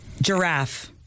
Giraffe